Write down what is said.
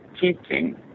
teaching